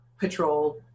Patrol